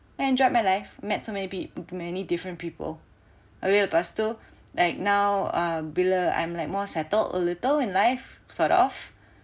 I enjoyed my life met so many peo~ many different people habis lepas tu like now err bila I'm like more settled a little in life sort of